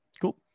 cool